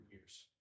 years